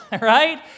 right